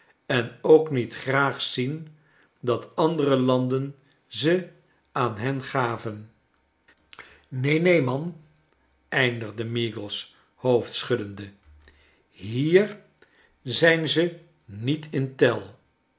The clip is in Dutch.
en ook niet graag zien dat andere landen ze aan hen gaven neen neen dan eindigde meagles hoofdschuddend hier zijn ze niet in tel